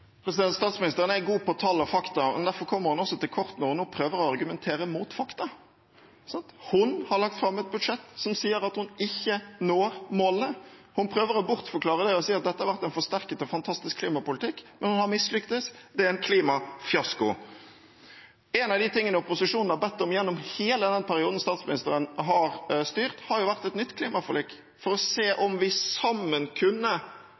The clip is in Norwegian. Statsministeren er god på tall og fakta, og derfor kommer hun til kort når hun nå prøver å argumentere mot fakta. Hun har lagt fram et budsjett som sier at hun ikke når målene, og prøver å bortforklare det ved å si at dette har vært en forsterket og fantastisk klimapolitikk. Men hun har mislyktes. Det er en klimafiasko. En av de tingene opposisjonen har bedt om gjennom hele den perioden statsministeren har styrt, har vært et nytt klimaforlik for å se om vi sammen kunne